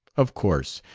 of course,